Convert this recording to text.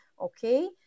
okay